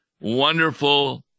wonderful